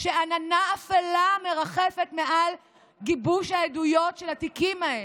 עננה אפלה מרחפת מעל גיבוש העדויות של התיקים האלה,